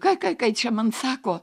ką ką čia man sako